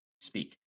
speak